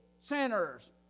sinners